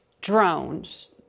drones